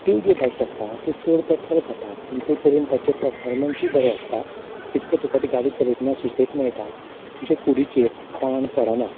त्यो ज्यो बायक्स आसता त्यो चड पेट्रोल खाता पूण ते तरेन ताचे परफोरमंसूय बरें आसता तितून तुका ती गाडी चलयतना सुसेग मेळटा तुजे कुडीचेर ताण पडना